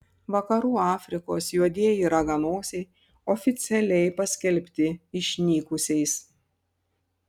vakarų afrikos juodieji raganosiai oficialiai paskelbti išnykusiais